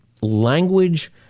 language